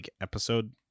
episode